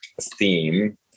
theme